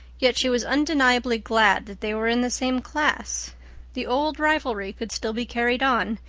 yet she was undeniably glad that they were in the same class the old rivalry could still be carried on,